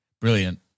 Brilliant